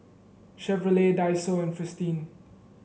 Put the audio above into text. Chevrolet Daiso and Fristine